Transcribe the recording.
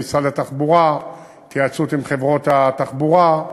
משרד התחבורה ובהתייעצות עם חברות התחבורה.